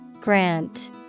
Grant